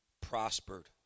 prospered